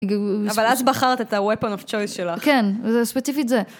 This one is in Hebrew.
אבל אז בחרת את ה-weapon of choice שלך. כן, ספציפית זה.